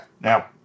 Now